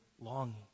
longing